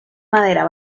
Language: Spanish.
madera